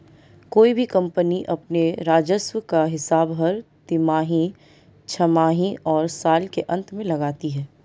कोई भी कम्पनी अपने राजस्व का हिसाब हर तिमाही, छमाही और साल के अंत में लगाती है